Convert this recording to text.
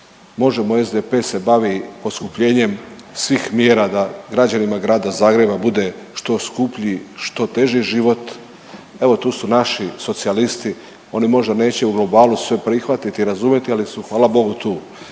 MOŽEMO, SDP se bavi poskupljenjem svih mjera da građanima grada Zagreba bude što skuplji, što teži život. Evo tu su naši Socijalisti. Oni možda neće u globalu sve prihvatiti, razumjeti ali su hvala bogu tu,